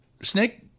Snake